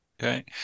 Okay